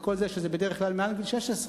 שזה מעל גיל 16,